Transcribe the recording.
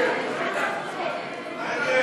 ההצעה